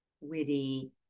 witty